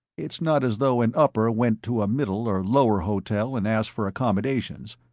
it's not as though an upper went to a middle or lower hotel and asked for accommodations.